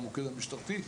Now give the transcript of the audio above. המוקד המשטרתי,